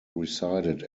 resided